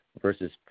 versus